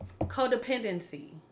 codependency